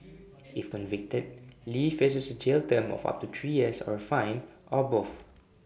if convicted lee faces A jail term of up to three years or A fine or both